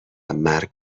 مرگ